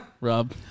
Rob